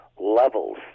levels